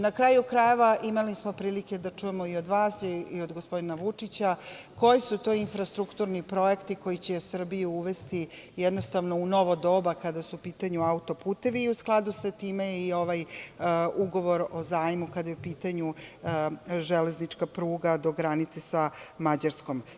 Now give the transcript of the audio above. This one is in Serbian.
Na kraju krajeva, imali smo prilike da čujemo i od vas i od gospodina Vučića koji su to infrastrukturni projekti koji će Srbiju uvesti u novo doba kada su u pitanju auto-putevi i u skladu sa time je i ovaj Ugovor o zajmu kada je u pitanju železnička pruga do granice sa Mađarskom.